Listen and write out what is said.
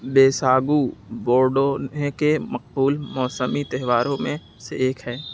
بیساگو بوڈو نے کے مقبول موسمی تہواروں میں سے ایک ہے